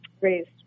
raised